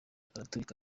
araturika